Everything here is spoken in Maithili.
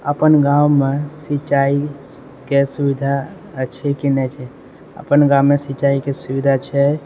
अपन गाँवमे सिंचाइके सुविधा अछि कि नहि छै अपन गाँवमे सिञ्चाइके सुविधा छै